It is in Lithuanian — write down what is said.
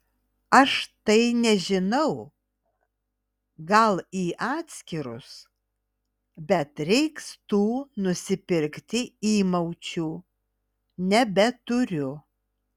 aš tai nežinau gal į atskirus bet reiks tų nusipirkti įmaučių nebeturiu